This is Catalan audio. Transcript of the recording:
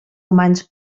humans